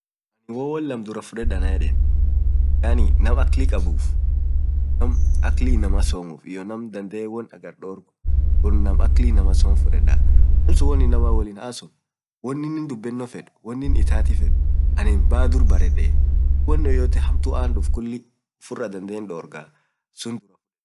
woo wonlaam duraa fuded anan yedeen, yaani naam aklii kabuuf naam akklii inamaa soamu, aninn naam aklii inamaa soam biraa fudeda, malsuun naam nun wolin dubeen ,taa nuwoliin hasoan taa ininn dubeet baa dur baredee.woan yyte malsuun annt duuft hinbekaa uffira hindorgaa.